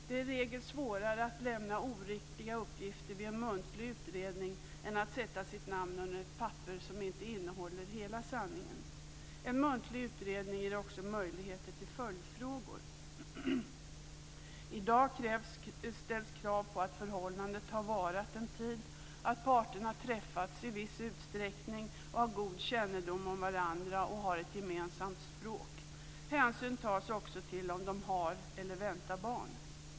Det är i regel svårare att lämna oriktiga uppgifter vid en muntlig utredning än att sätta sitt namn på ett papper som inte innehåller hela sanningen. En muntlig utredning ger också möjligheter till följdfrågor. I dag ställs krav på att förhållandet har varat en tid, att parterna träffats i viss utsträckning, att de har god kännedom om varandra och att de har ett gemensamt språk. Hänsyn tas också till om de har barn eller väntar barn.